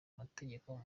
mategeko